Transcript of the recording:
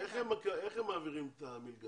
איך הם מעבירים את המלגה?